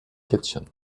kitchen